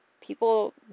people